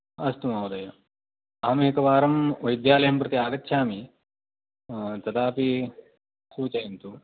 अस्तु महोदय अहमेकवारं वैद्यालयं प्रति आगच्छामि तदापि सूचयन्तु